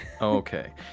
Okay